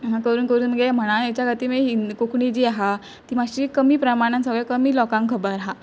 असां करून करून मगे म्हणा हेच्या खातीर मगे हिंदी कोंकणी जी आहा ती मात्शी कमी प्रमाणान सगळें कमी लोकांक खबर आहा